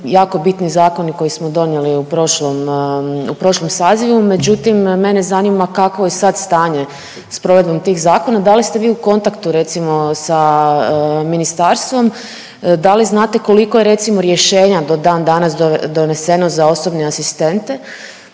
jako bitni zakoni koje smo donijeli u prošlom sazivu, međutim, mene zanima kakvo je sad stanje s provedbom tih zakona, da li ste vi u kontaktu, recimo sa ministarstvom, da li znate koliko je, recimo, rješenja do dandanas doneseno za osobne asistente